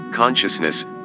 Consciousness